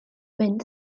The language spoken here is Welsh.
mynd